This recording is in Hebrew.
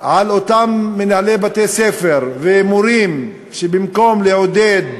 על אותם מנהלי בתי-ספר ומורים, שבמקום לעודד,